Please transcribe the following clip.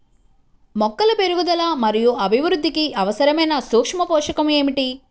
మొక్కల పెరుగుదల మరియు అభివృద్ధికి అవసరమైన సూక్ష్మ పోషకం ఏమిటి?